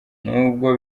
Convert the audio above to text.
n’ubwo